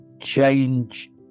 change